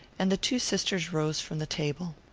and the two sisters rose from the table.